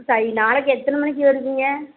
சரி நாளைக்கு எத்தனை மணிக்கு வருவீங்க